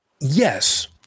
Yes